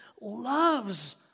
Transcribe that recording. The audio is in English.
loves